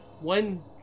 One